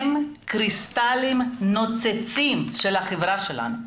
הם קריסטלים נוצצים של החברה שלנו.